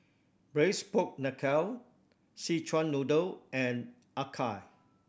Braised Pork Knuckle Szechuan Noodle and acar